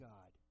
God